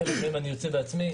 לחלקן אני יוצא לפעמים בעצמי.